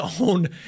own